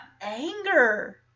anger